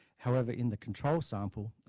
however in the control sample,